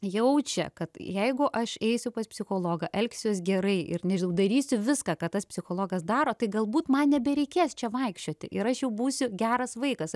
jaučia kad jeigu aš eisiu pas psichologą elgsiuos gerai ir nežinau darysiu viską ką tas psichologas daro tai galbūt man nebereikės čia vaikščioti ir aš jau būsiu geras vaikas